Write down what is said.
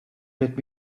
let